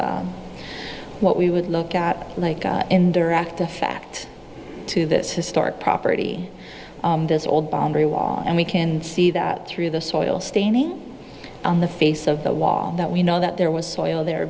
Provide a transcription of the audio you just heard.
it's what we would look at like in direct effect to this historic property this old boundary wall and we can see that through the soil staining on the face of the wall that we know that there was soil there